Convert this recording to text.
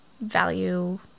value